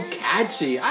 catchy